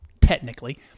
technically